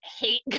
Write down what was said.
hate